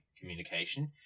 communication